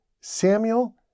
Samuel